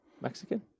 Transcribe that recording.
Mexican